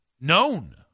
known